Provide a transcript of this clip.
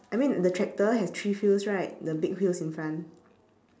I mean the tractor has three wheels right the big fields in front